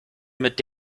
mit